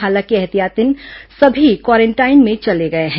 हालांकि एहतियातन सभी क्वारेंटाइन में चले गए हैं